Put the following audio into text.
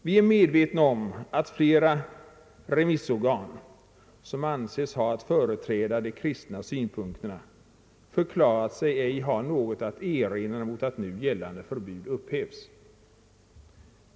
Vi är medvetna om att ett flertal remissorgan som anses ha att företräda de kristna synpunkterna förklarat sig ej ha något att erinra mot att nu gällande förbud upphävs.